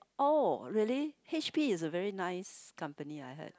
oh really H_P is a very nice company I heard